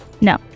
No